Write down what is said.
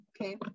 Okay